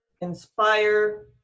inspire